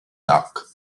dark